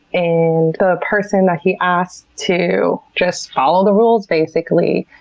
and the person that he asked to just follow the rules, basically,